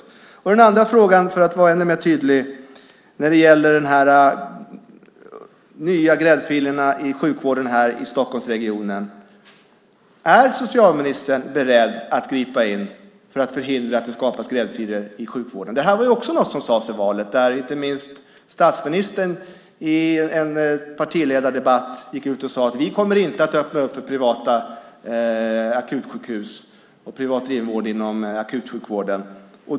Jag vill ställa en annan fråga, för att vara ännu tydligare, när det gäller de nya gräddfilerna i sjukvården här i Stockholmsregionen. Är socialministern beredd att gripa in för att förhindra att det skapas gräddfiler i sjukvården? Det här var också något som sades i valet, där inte minst statsministern i en partiledardebatt gick ut och sade att man inte skulle komma att öppna för privata akutsjukhus och privat driven vård inom akutsjukvården.